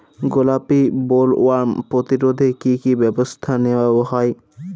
গোলাপী বোলওয়ার্ম প্রতিরোধে কী কী ব্যবস্থা নেওয়া হয়?